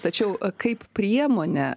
tačiau kaip priemonė